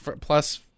plus